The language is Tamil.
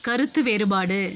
கருத்து வேறுபாடு